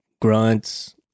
grunts